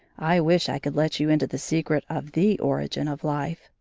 i wish i could let you into the secret of the origin of life,